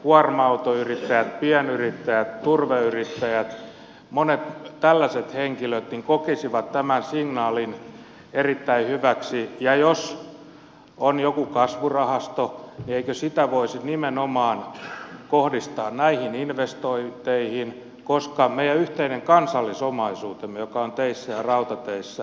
kuorma autoyrittäjät pienyrittäjät turveyrittäjät monet tällaiset henkilöt kokisivat tämän signaalin erittäin hyväksi ja jos on joku kasvurahasto niin eikö sitä voisi kohdistaa nimenomaan näihin investointeihin koska meidän yhteinen kansallisomaisuutemme joka on teissä ja rautateissä rapautuu